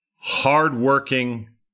hardworking